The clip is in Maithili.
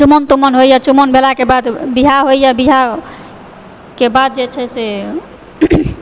चुमाओन तुमाओन होइया चुमाओन भेलाके बाद बिआह होइया बिआहके बाद जे छै से